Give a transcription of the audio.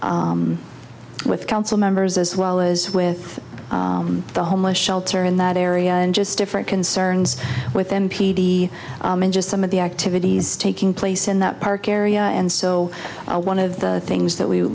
with council members as well as with the homeless shelter in that area and just different concerns with m p t and just some of the activities taking place in that park area and so one of the things that we